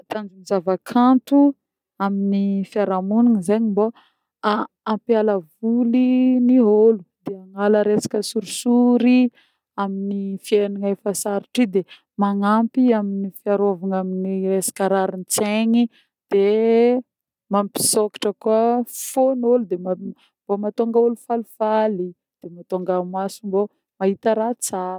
Tanjogny zava-kanto amin'ny fiarahamonina zegny mbô ampiala voly ny ôlo, de agnala resaka sorisory amin'ny fiegnana efa sarotry y, de magnampy amin'ny fiarôvana amin'ny resaka rarin-tsegny de mampisôkatra koa fon'ôlo de mbô mahatônga ôlo falifaly, de mahatonga maso mbô mahita raha tsara.